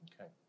Okay